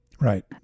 Right